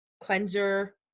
cleanser